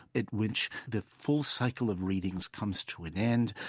at which the full cycle of readings comes to an end,